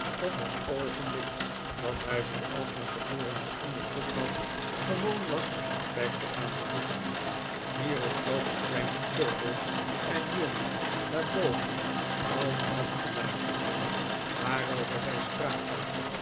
op het oogenblik dat hij zooals men tevoren al onderzocht had gewoon was peg te gaan bezoeken hierop slopen frank cheeryble en newman naar boven om af te luisteren waarover zij spraken